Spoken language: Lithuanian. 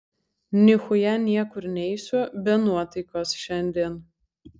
nichuja niekur neisiu be nuotaikos šiandien